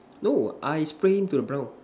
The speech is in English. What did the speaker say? no I spray him to the brown